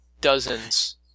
dozens